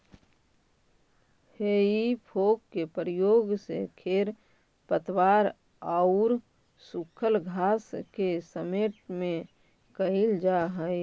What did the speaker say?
हेइ फोक के प्रयोग खेत से खेर पतवार औउर सूखल घास के समेटे में कईल जा हई